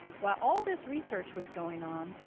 while all this research was going on,